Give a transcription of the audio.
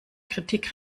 kritik